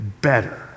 better